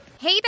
Hey